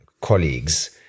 colleagues